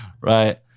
right